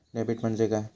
Debit म्हणजे काय?